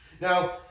Now